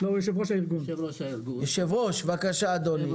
אנחנו פשוט שכחנו תקופות חשוכות שחיכינו מעל לששה ושבעה חודשים לטסט,